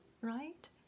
Right